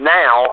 now